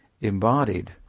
embodied